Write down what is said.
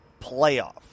playoff